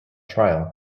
trial